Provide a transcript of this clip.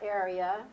area